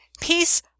peace